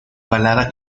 balada